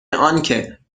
آنکه